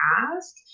ask